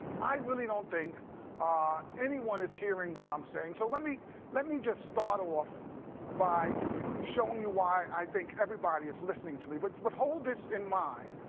i really don't think anyone is hearing what i'm saying. so let me let me just start off by showing you why i think everybody is listening to me. but but hold this in mind.